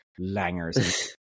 Langers